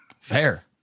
fair